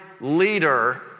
leader